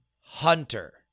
Hunter